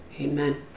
Amen